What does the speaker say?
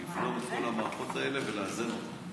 לבלום את כל המערכות האלה ולאזן אותן,